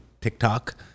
TikTok